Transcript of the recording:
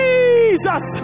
Jesus